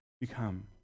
become